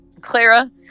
clara